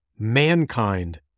Mankind